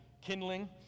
kindling